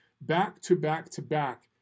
back-to-back-to-back